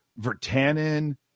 Vertanen